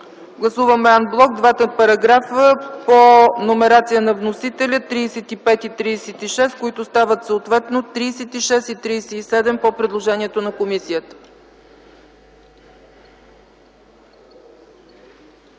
Гласуваме ан блок двата параграфа по номерация на вносителя –§ 35 и 36, които стават съответно § 36 и 37 в предложението на комисията.